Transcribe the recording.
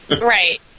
Right